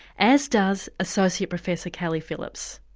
as does associate professor kelly phillips.